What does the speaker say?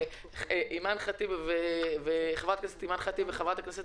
חברת הכנסת אימאן ח'טיב יאסין וחברת הכנסת